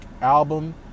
album